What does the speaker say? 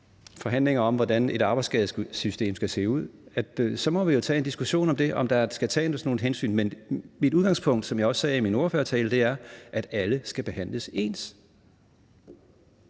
forhandlinger om, hvordan et arbejdsskadesystem skal se ud – så må vi jo tage en diskussion om det, og om der skal tages nogle hensyn. Men mit udgangspunkt, som jeg også sagde i min ordførertale, er, at alle skal behandles ens.